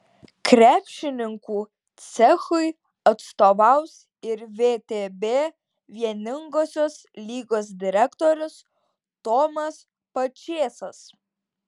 krepšininkų cechui atstovaus ir vtb vieningosios lygos direktorius tomas pačėsas